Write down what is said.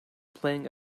playing